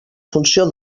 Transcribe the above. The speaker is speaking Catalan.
funció